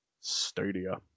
Stadia